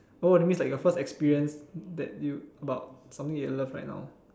oh that means like your first experience that you about something you love right now